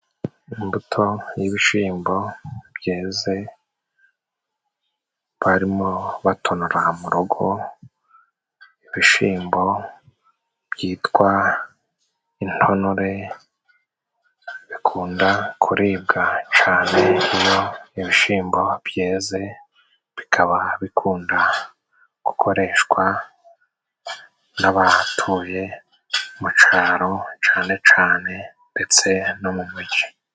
Imbuto y'ibishyimbo byeze, barimo batonora mu rugo, ibishyimbo byitwa intonore, bikunda kuribwa cyane, iyo ibishyimbo byeze, bikaba bikunda gukoreshwa n'abahatuye mu cyaro, cyane cyane ndetse no mu mu mugi